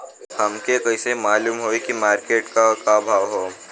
हमके कइसे मालूम होई की मार्केट के का भाव ह?